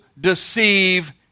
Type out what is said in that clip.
deceive